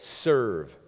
serve